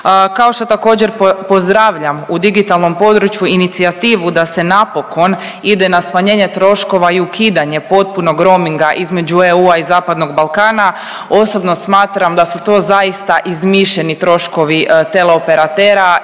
Kao što također pozdravljam u digitalnom području inicijativu da se napokon ide na smanjenje troškova i ukidanje potpunog rominga između EU-a i Zapadnog Balkana. Osobno smatram da su to zaista izmišljeni troškovi teleoperatera